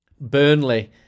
Burnley